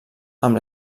amb